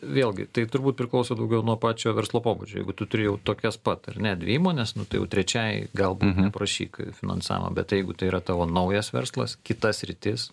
vėlgi tai turbūt priklauso daugiau nuo pačio verslo pobūdžio jeigu tu turi jau tokias pat ar ne dvi įmones nu tai jau trečiai galbūt neprašyk finansavimo bet jeigu tai yra tavo naujas verslas kita sritis